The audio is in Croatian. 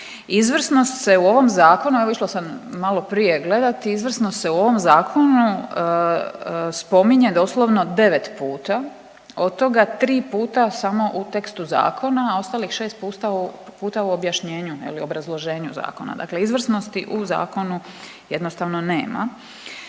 izvrsnost se u ovom zakonu spominje doslovno 9 puta od toga 3 puta samo u tekstu zakona, a ostalih 6 puta u objašnjenju je li obrazloženju zakona. Dakle, izvrsnosti u zakonu jednostavno nema.